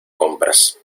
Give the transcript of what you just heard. compras